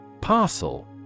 Parcel